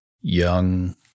young